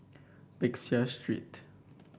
Peck Seah Street